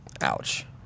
Ouch